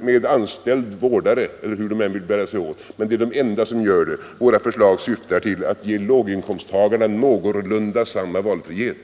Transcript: med anställd vårdare eller hur de nu vill välja. De är i alla händelser de enda som kan bestämma själva. Våra förslag syftar till att ge låginkomsttagarna i någorlunda hög grad en motsvarande valfrihet.